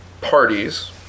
parties